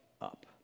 up